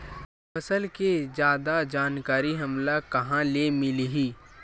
फसल के जादा जानकारी हमला कहां ले मिलही?